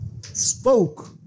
spoke